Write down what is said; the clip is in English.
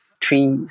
three